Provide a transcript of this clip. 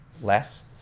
less